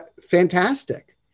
fantastic